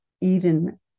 Eden